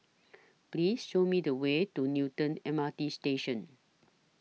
Please Show Me The Way to Newton M R T Station